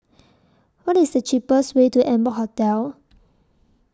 What IS The cheapest Way to Amber Hotel